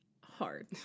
hard